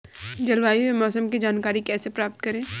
जलवायु या मौसम की जानकारी कैसे प्राप्त करें?